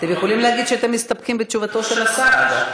אתם יכולים להגיד שאתם מסתפקים בתשובתו של השר,